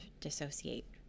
dissociate